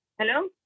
Hello